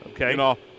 Okay